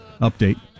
update